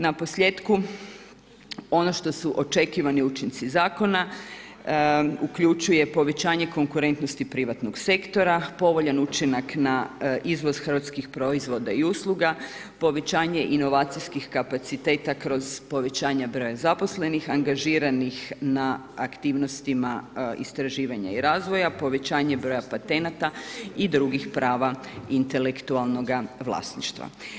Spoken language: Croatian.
Naposljetku, ono što su očekivani učinci zakona uključuje povećanje konkurentnosti privatnog sektora, povoljan učinak na izvoz hrvatskih proizvoda i usluga, povećanje inovacijskih kapaciteta kroz povećanje broja zaposlenih, angažiranih na aktivnostima istraživanja i razvoja, povećanje broja patenata i drugih prava intelektualnoga vlasništva.